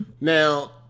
Now